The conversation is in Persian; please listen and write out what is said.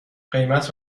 قیمت